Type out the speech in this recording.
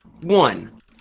One